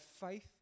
faith